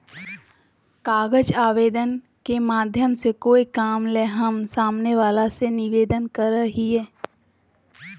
कागज आवेदन के माध्यम से कोय काम ले हम सामने वला से निवेदन करय हियय